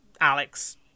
Alex